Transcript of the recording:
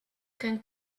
can